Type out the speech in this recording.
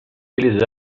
eles